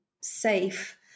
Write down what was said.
safe